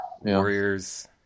Warriors